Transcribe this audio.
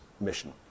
mission